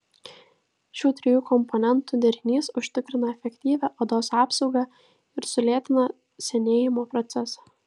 šių trijų komponentų derinys užtikrina efektyvią odos apsaugą ir sulėtina senėjimo procesą